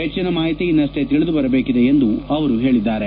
ಹೆಚ್ಚನ ಮಾಹಿತಿ ಇನ್ನಷ್ಟೇ ತಿಳಿದುಬರಬೇಕಿದೆ ಎಂದು ಅವರು ತಿಳಿಸಿದ್ದಾರೆ